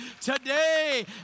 today